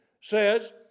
says